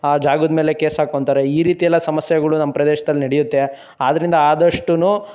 ಆ ಜಾಗದ ಮೇಲೆ ಕೇಸ್ ಹಾಕ್ಕೊಳ್ತಾರೆ ಈ ರೀತಿಯೆಲ್ಲ ಸಮಸ್ಯೆಗಳು ನಮ್ಮ ಪ್ರದೇಶದಲ್ಲಿ ನಡೆಯುತ್ತೆ ಆದ್ರಿಂದ ಆದಷ್ಟೂ